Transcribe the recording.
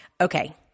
okay